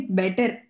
better